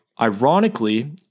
Ironically